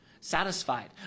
Satisfied